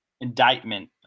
indictment